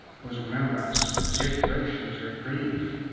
whose remembrance is yet fresh in their grief.